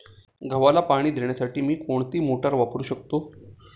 गव्हाला पाणी देण्यासाठी मी कोणती मोटार वापरू शकतो?